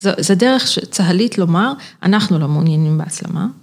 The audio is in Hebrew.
זה דרך צה"לית לומר, אנחנו לא מעוניינים בהסלמה.